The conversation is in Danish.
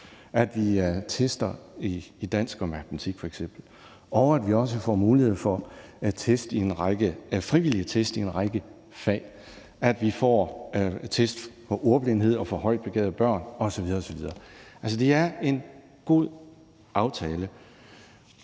så vi tester i f.eks. dansk og matematik, så vi også får mulighed for frivillige test i en række fag, så vi får test for ordblindhed og af højt begavede børn osv. osv. Altså, det er en god aftale,